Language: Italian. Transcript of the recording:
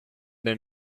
the